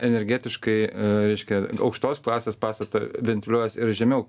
energetiškai reiškia aukštos klasės pastatą ventiliuojasi ir žemiau